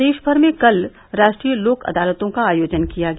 प्रदेश भर में कल राष्ट्रीय लोक अदालतों का आयोजन किया गया